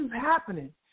happening